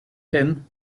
him